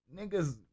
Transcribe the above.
niggas